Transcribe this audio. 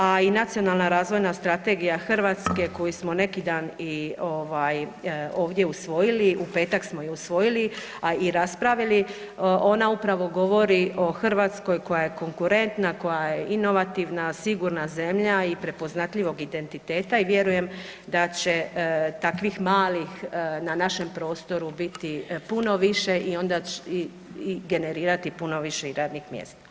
A i Nacionalna razvojna strategija Hrvatske koju smo neki dan ovdje usvojili u petak smo je usvojili, a i raspravili ona upravo govori o Hrvatskoj koja je konkurentna, koja je inovativna, sigurna zemlja i prepoznatljivog identiteta i vjerujem da će takvih malih na našem prostoru biti puno više i generirati puno više radnih mjesta.